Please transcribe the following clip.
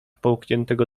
połkniętego